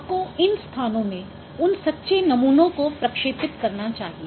आपको इन स्थानों में उन सच्चे नमूनों को प्रक्षेपित करना चाहिए